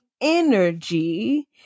energy